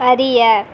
அறிய